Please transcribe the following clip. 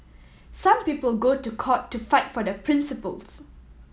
some people go to court to fight for their principles